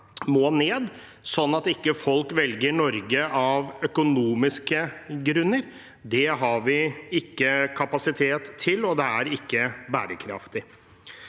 må ned, sånn at ikke folk velger Norge av økonomiske grunner. Det har vi ikke kapasitet til, og det er ikke bærekraftig.